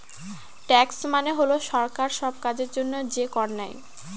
tax মানে হল সরকার সব কাজের জন্য যে কর নেয়